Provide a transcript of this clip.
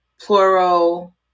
plural